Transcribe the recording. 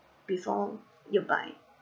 before you buy